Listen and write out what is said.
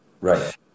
Right